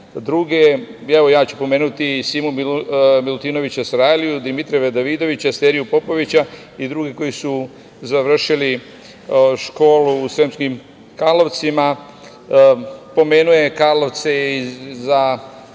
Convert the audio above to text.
druge. Evo, ja ću pomenuti Simu Milutinovića Sarajliju, Dimitrija Davidovića, Steriju Popovića i druge koji su završili školu u Sremskim Karlovcima. Pomenuo je Karlovce i u